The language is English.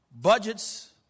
Budgets